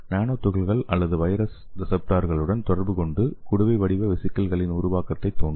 நானோ துகள்கள் அல்லது வைரஸ்கள் ரிசப்டார்களுடன் தொடர்பு கொண்டு குடுவை வடிவ வெசிகிள்களின் உருவாக்கத்தைத் தூண்டும்